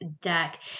deck